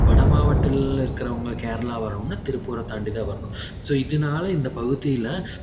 வட மாவட்டள்ல இருக்ககிறவங்க கேரளா வரணும்னால் திருப்பூரை தாண்டி தான் வரணும் ஸோ இதனால இந்தப் பகுதியில்